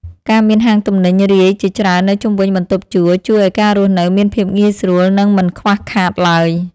ការមានហាងទំនិញរាយជាច្រើននៅជុំវិញបន្ទប់ជួលជួយឱ្យការរស់នៅមានភាពងាយស្រួលនិងមិនខ្វះខាតឡើយ។